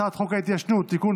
הצעת חוק ההתיישנות (תיקון,